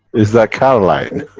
is that caroline?